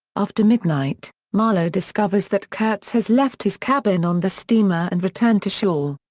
after midnight, marlow discovers that kurtz has left his cabin on the steamer and returned to shore.